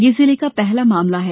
यह जिले का पहला मामला है